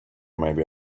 maybe